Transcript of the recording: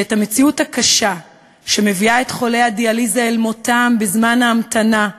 שאת המציאות הקשה שמביאה את חולי הדיאליזה אל מותם בזמן ההמתנה,